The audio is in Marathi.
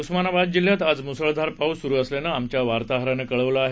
उस्मानाबाद जिल्ह्यात आज मुसळधार पाऊस सुरु असल्याचं आमच्या वार्ताहरानं कळवलं आहे